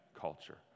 culture